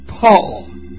Paul